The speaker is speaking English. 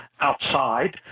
outside